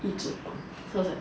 一只棒 sounds like